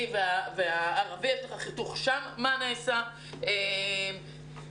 או לילדים עצמם שנמצאים בקבוצות